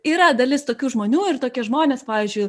yra dalis tokių žmonių ir tokie žmonės pavyzdžiui